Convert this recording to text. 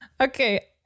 Okay